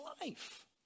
life